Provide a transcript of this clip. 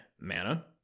mana